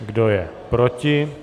Kdo je proti?